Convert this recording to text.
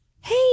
hey